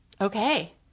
Okay